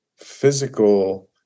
physical